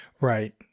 Right